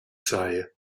sei